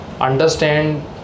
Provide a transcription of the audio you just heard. understand